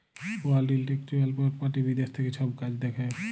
world intellectual property বিদ্যাশ থ্যাকে ছব কাজ দ্যাখে